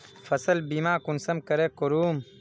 फसल बीमा कुंसम करे करूम?